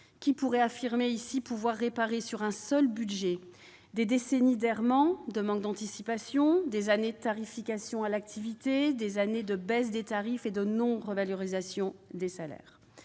Qui pourrait affirmer pouvoir remédier, au travers d'un seul budget, à des décennies d'errements, de manque d'anticipation, à des années de tarification à l'activité, de baisse des tarifs et de non-revalorisation des salaires ?